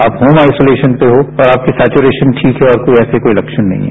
आप home isolation पर हो और आपकी सेचुरेशन ठीक है और आपको ऐसे कोई लक्षण नहीं हैं